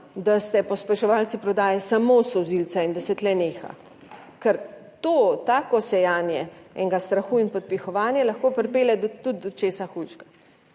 da ste pospeševalci prodaje samo solzivca, in da se tu neha, ker to tako sejanje enega strahu in podpihovanje lahko pripelje tudi do česa hujšega.